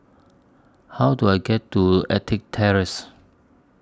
How Do I get to Ettrick Terrace